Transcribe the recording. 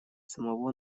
самого